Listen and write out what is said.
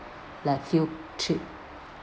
like field trip